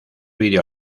video